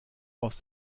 aus